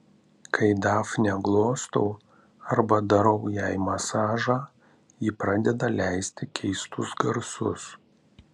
kai dafnę glostau arba darau jai masažą ji pradeda leisti keistus garsus